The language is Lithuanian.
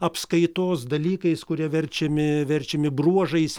apskaitos dalykais kurie verčiami verčiami bruožais